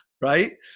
right